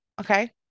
Okay